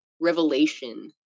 revelation